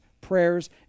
prayers